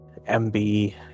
MB